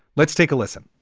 let's take a listen